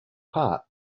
part